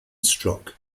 struck